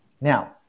Now